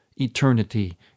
eternity